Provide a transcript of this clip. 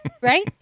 Right